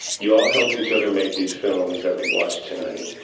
you all helped each other make these films that we've watched tonight.